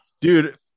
dude